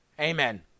Amen